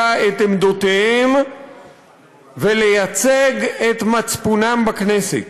את עמדותיהם ולייצג את מצפונם בכנסת.